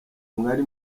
mwari